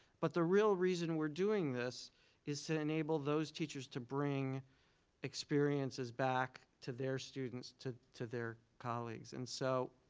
but the real reason we're doing this is to to enable those teachers to bring experiences back to their students, to to their colleagues. and so,